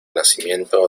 nacimiento